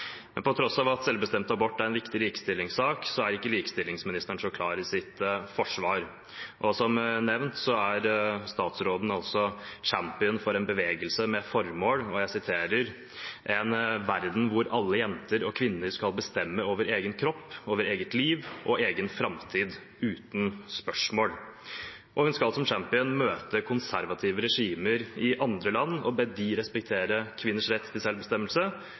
Men på tross av at selvstemt abort er en viktig likestillingssak, er ikke likestillingsministeren så klar i sitt forsvar. Som nevnt er statsråden champion for en bevegelse med formålet: en verden hvor alle jenter og kvinner kan bestemme over egen kropp, eget liv og egen framtid uten spørsmål. Hun skal som champion møte konservative regimer i andre land og be dem respektere kvinners rett til selvbestemmelse,